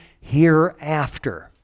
hereafter